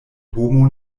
homo